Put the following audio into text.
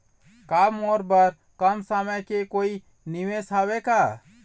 का मोर बर कम समय के कोई निवेश हावे का?